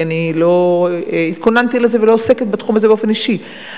כי אני לא התכוננתי לזה ואני לא עוסקת בתחום הזה באופן אישי,